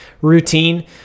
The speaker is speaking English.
routine